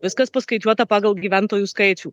viskas paskaičiuota pagal gyventojų skaičių